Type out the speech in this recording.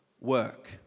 work